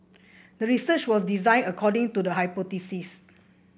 the research was designed according to the hypothesis